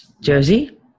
Jersey